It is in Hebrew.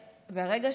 מתי הוא פג תוקף?